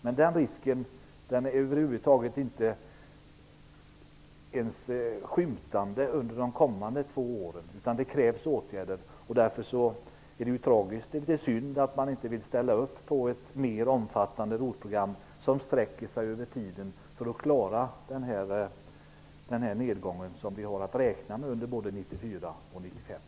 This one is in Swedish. Men risken för en överhettning kan man inte ens skymta under de kommande två åren. Det krävs åtgärder här. Därför är det litet synd att man inte vill ställa upp på ett mer omfattande ROT program som sträcker sig över tiden för att klara den nedgång som vi har att räkna med under 1994